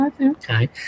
Okay